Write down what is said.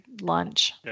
lunch